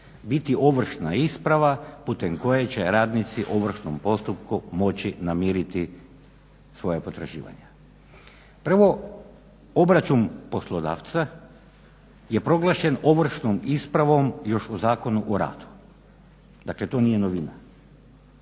biti ovršna isprava putem koje će radnici u ovršnom postupku moći namiriti svoja potraživanja". Prvo, obračun poslodavca je proglašen ovršnom ispravom još u Zakonu o radu, dakle to nije novina.